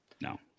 No